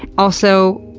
also,